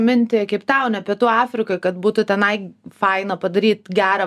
mintį keiptaune pietų afrikoj kad būtų tenai faina padaryt gerą